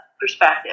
perspective